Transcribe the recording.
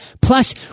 Plus